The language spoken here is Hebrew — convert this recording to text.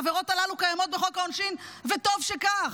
העבירות הללו קיימות בחוק העונשין, וטוב שכך.